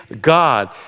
God